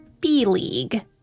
B-League